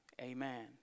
Amen